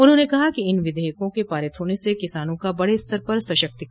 उन्होंने कहा कि इन विधेयकों के पारित होने से किसानों का बड़े स्तर पर सशक्तिकरण होगा